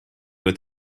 with